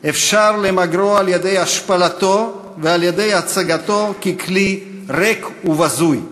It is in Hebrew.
"אפשר למגרו על-ידי השפלתו ועל-ידי הצגתו ככלי ריק ובזוי".